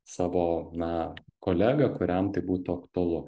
savo na kolegą kuriam tai būtų aktualu